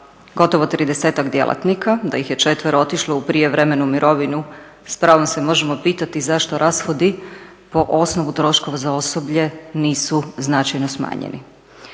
gotovo 30-ak djelatnika, da ih je 4 otišlo u prijevremenu mirovinu s pravom se možemo pitati zašto rashodi po osnovu troškova za osoblje nisu značajno smanjeni?